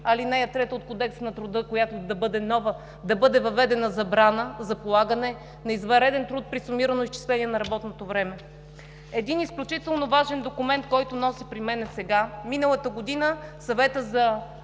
ал. 3 от Кодекса на труда, която да бъде нова, да бъде въведена забрана за полагане на извънреден труд при сумирано изчисление на работното време. Един изключително важен документ, който нося сега с мен. (Народният